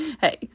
hey